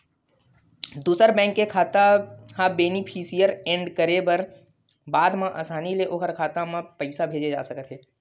दूसर बेंक के खाता ह बेनिफिसियरी एड करे के बाद म असानी ले ओखर खाता म पइसा भेजे जा सकत हे